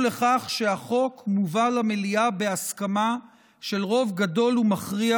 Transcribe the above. לכך שהחוק מובא למליאה בהסכמה של רוב גדול ומכריע